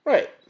Right